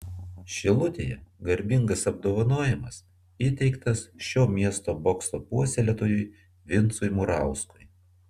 šilutėje garbingas apdovanojimas įteiktas šio miesto bokso puoselėtojui vincui murauskui